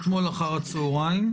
אתמול אחר הצוהריים.